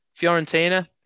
Fiorentina